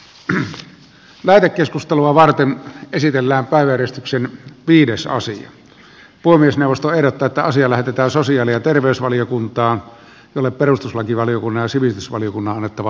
kyl mää keskustelua varten esitellään vain eristyksen viides osin poliisin ostoerät tältä asia lähetetään sosiaali ja terveysvaliokuntaan jolle perustuslakivaliokunnan ja sivistysvaliokunnan on annettava lausunto